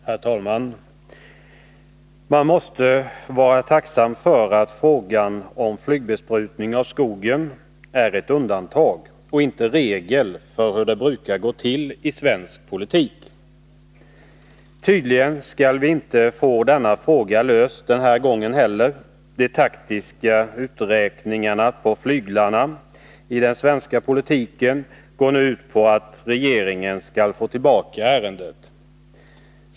Herr talman! Man måste vara tacksam för att behandlingen av frågan om flygbesprutning av skogen utgör undantag och inte regel för hur det går till i svensk politik. Tydligen skall vi inte få denna fråga löst den här gången heller. De taktiska uträkningarna på flyglarna i den svenska politiken går nu ut på att regeringen skall få tillbaka ärendet.